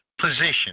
position